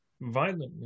violently